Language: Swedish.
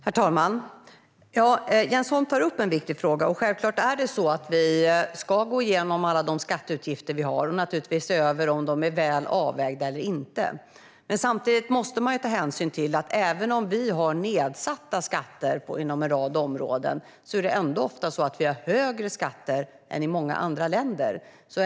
Herr talman! Jens Holm tar upp en viktig fråga. Självklart är det så att vi ska gå igenom alla de skatteutgifter vi har och naturligtvis se över om de är väl avvägda eller inte. Samtidigt måste man ta hänsyn till att även om vi har nedsatta skatter inom en rad områden har vi ändå ofta högre skatter än i många andra länder.